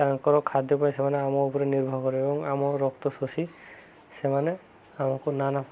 ତାଙ୍କର ଖାଦ୍ୟ ପାଇଁ ସେମାନେ ଆମ ଉପରେ ନିର୍ଭର କରେ ଏବଂ ଆମ ରକ୍ତ ଶୋଷି ସେମାନେ ଆମକୁ ନାନା